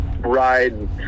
ride